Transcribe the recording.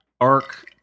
arc-